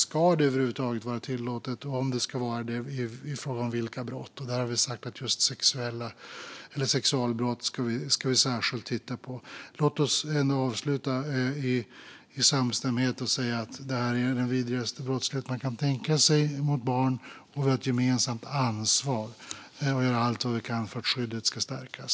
Ska detta över huvud taget vara tillåtet och, om det ska vara det, för vilka brott? Vi har sagt att vi ska titta särskilt på sexualbrott. Låt oss avsluta i samstämmighet och säga att detta är den vidrigaste brottslighet man kan tänka sig mot barn. Vi har ett gemensamt ansvar att göra allt vi kan för att skyddet ska stärkas.